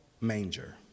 Manger